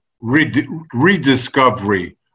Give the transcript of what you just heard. rediscovery